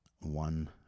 one